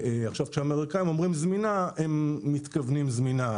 כשהאמריקנים אומרים זמינה הם מתכוונים זמינה,